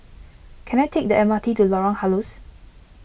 can I take the M R T to Lorong Halus